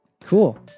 Cool